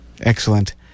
Excellent